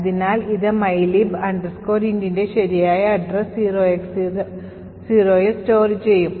അതിനാൽ ഇത് mylib intൻറെ ശരിയായ address 0X0ൽ store ചെയ്യും